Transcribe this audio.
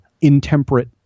intemperate